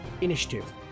Initiative